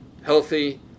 healthy